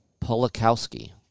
Polakowski